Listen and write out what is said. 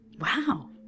Wow